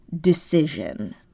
decision